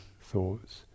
thoughts